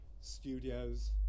studios